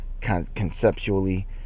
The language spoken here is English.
conceptually